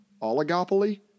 oligopoly